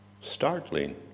startling